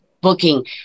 booking